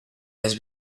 has